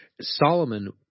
Solomon